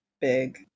Big